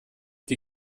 die